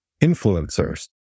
influencers